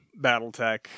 Battletech